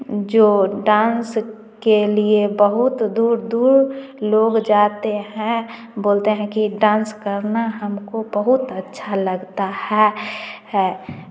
जो डांस के लिए बहुत दूर दूर लोग जाते हैं बोलते है कि डांस करना हमको बहुत अच्छा लगता है है